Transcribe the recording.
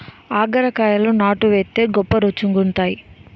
ఆగాకరకాయలు నాటు వైతే గొప్ప రుచిగుంతాయి